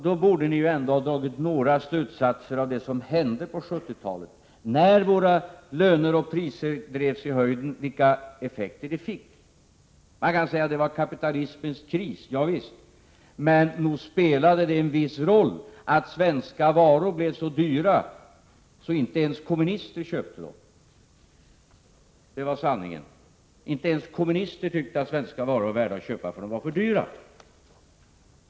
Ni borde ändå ha dragit några slutsatser av det som hände på 1970-talet, vilka effekter det fick att våra löner och priser då drevs i höjden. Man kan säga att det var kapitalismens kris. Javisst, men nog spelade det en viss roll att svenska varor blev så dyra att inte ens kommunister köpte dem. Det var sanningen. Inte ens kommunister tyckte att svenska varor var värda att köpa — de var för dyra.